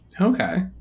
Okay